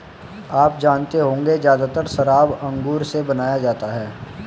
आप जानते होंगे ज़्यादातर शराब अंगूर से बनाया जाता है